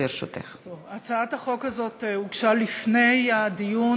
להצעת חוק-יסוד: השפיטה (תיקון,